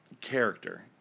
character